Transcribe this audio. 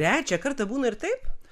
trečią kartą būna ir taip